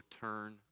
turn